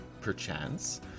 perchance